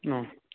ആ